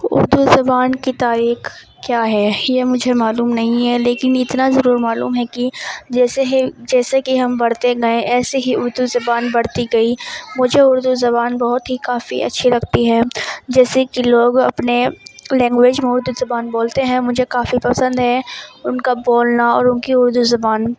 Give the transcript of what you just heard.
اردو زبان کی تاریخ کیا ہے یہ مجھے معلوم نہیں ہے لیکن اتنا ضرور معلوم ہے کہ جیسے ہی جیسے کہ ہم بڑھتے گئے ایسے ہی اردو زبان بڑھتی گئی مجھے اردو زبان بہت ہی کافی اچھی لگتی ہے جیسے کہ لوگ اپنے لینگویج میں اردو زبان بولتے ہیں مجھے کافی پسند ہے ان کا بولنا اور ان کی اردو زبان